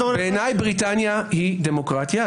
בעיניי בריטניה היא דמוקרטיה,